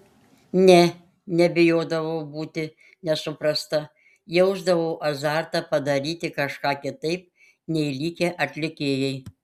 ne nebijodavau būti nesuprasta jausdavau azartą padaryti kažką kitaip nei likę atlikėjai